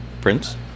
Prince